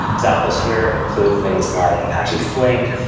examples here include things like apache flink,